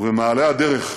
ובמעלה הדרך,